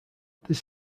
this